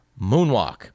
Moonwalk